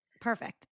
Perfect